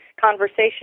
conversation